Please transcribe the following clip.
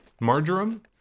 Marjoram